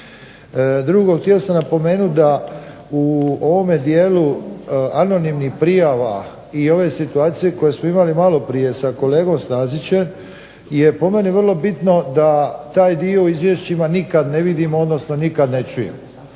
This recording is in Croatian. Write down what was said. Drugo, htio sam napomenut da u ovome dijelu anonimnih prijava i ove situacije koje smo imali maloprije sa kolegom Stazićem je po meni vrlo bitno da taj dio u izvješćima nikad ne vidimo, odnosno nikad ne čujemo.